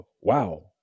wow